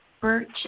Birch